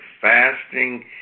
fasting